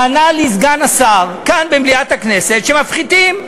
ענה לי סגן השר, כאן במליאת הכנסת, שמפחיתים.